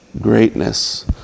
greatness